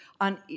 on